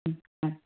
ಹ್ಞೂ ಮತ್ತು